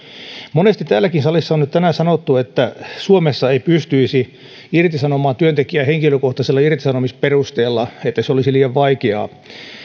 monesti täällä salissakin on nyt tänään sanottu että suomessa ei pystyisi irtisanomaan työntekijää henkilökohtaisella irtisanomisperusteella että se olisi liian vaikeaa